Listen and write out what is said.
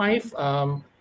five